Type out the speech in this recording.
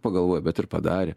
pagalvojai bet ir padarė